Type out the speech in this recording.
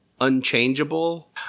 unchangeable